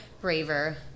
braver